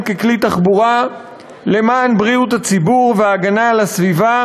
ככלי תחבורה למען בריאות הציבור וההגנה על הסביבה,